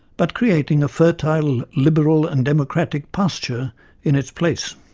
but creating a fertile liberal and democratic pasture in its place.